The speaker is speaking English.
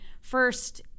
first